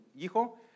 hijo